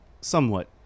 somewhat